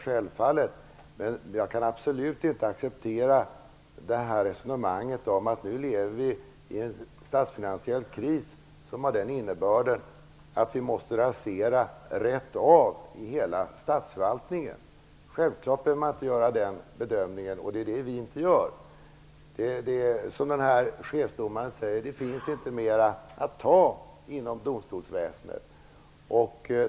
Men jag kan absolut inte acceptera resonemanget att vi nu lever i en statsfinansiell kris som har den innebörden att vi måste rasera verksamheter rätt av i hela statsförvaltningen. Självklart behöver man inte göra den bedömningen, och det gör vi inte heller. Som den chefsdomare jag nämnde sade: Det finns inte mer att ta inom domstolsväsendet.